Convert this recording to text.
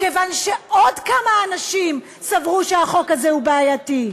מכיוון שעוד כמה אנשים סברו שהחוק הזה הוא בעייתי,